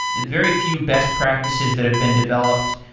very few best practices that have been developed.